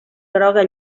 groga